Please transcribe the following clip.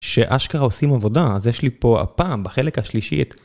שאשכרה עושים עבודה אז יש לי פה הפעם בחלק השלישי.